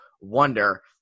wonder